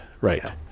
Right